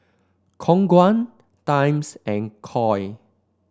Khong Guan Times and Koi